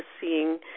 seeing